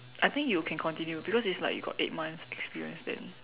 I think you can continue because it's like you got eight months experience then